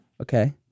Okay